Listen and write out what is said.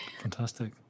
Fantastic